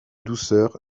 douceur